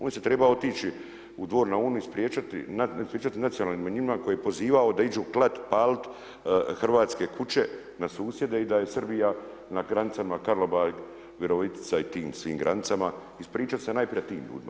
On se trebao otići na Dvor na Uni ispričati nacionalnim manjinama koji je pozivao da iđu klat, palit hrvatske kuće na susjede i da je Srbija na granicama Karlobag, Virovitica i tim svim granicama, ispričat se najprije tim ljudima.